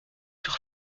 sur